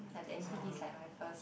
ah then this is like my first